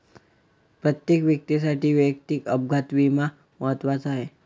प्रत्येक व्यक्तीसाठी वैयक्तिक अपघात विमा महत्त्वाचा आहे